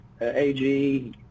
AG